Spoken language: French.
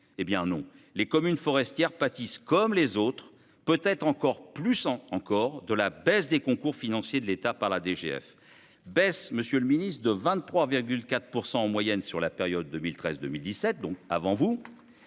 ? Non ! Les communes forestières pâtissent, comme les autres, peut-être plus encore, de la baisse des concours financiers de l'État par la DGF. Cette baisse, monsieur le ministre, a été de 23,4 % en moyenne sur la période 2013-2017, mais